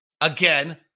Again